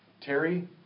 Terry